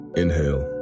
inhale